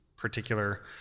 Particular